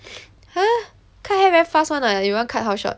!huh! cut hair very fast [one] [what] you want cut how short